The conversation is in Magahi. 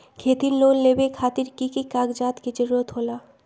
खेती लोन लेबे खातिर की की कागजात के जरूरत होला?